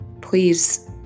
Please